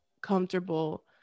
comfortable